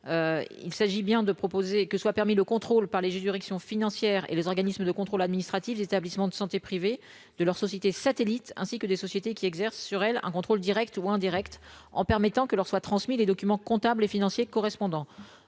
il s'agit bien de proposer que soit permis le contrôle par les juges, direction financière et les organismes de contrôle administratif des établissements de santé privés de leur société satellites ainsi que des sociétés qui exerce sur elle un contrôle Direct ou indirect en permettant que leur soit transmis les documents comptables et financiers correspondants